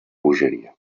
bogeria